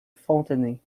fontenay